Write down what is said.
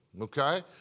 Okay